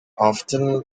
often